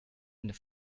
and